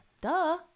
Duh